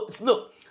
look